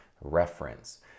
reference